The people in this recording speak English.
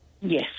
Yes